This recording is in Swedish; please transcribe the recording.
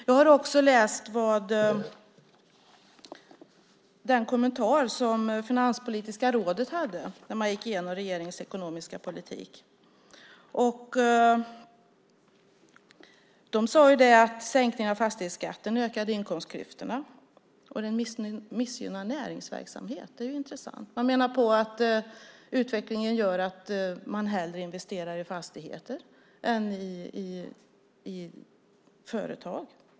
Jag har också läst den kommentar som Finanspolitiska rådet hade när regeringens ekonomiska politik gicks igenom. De sade att sänkningen av fastighetsskatten ökar inkomstklyftorna och missgynnar näringsverksamhet - intressant. De menar att utvecklingen gör att man hellre investerar i fastigheter än man investerar i företag.